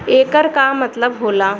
येकर का मतलब होला?